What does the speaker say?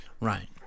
Right